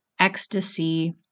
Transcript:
Ecstasy